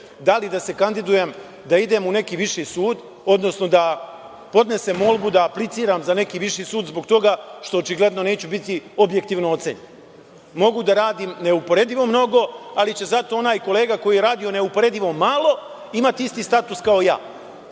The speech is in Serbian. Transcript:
da li da se kandidujem da idem u neki viši sud, odnosno da podnesem molbu da apliciram za neki viši sud, zbog toga što očigledno neću biti objektivno ocenjen. Mogu da radim neuporedivo mnogo, ali će zato onaj kolega koji je radio neuporedivo malo imati isti status kao